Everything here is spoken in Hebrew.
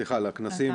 לכנסים